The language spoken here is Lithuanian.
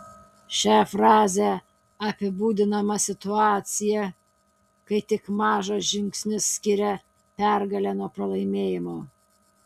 šia fraze apibūdinama situacija kai tik mažas žingsnis skiria pergalę nuo pralaimėjimo